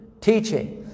teaching